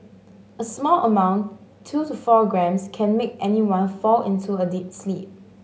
a small amount two to four grams can make anyone fall into a deep sleep